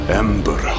ember